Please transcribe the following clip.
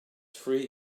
free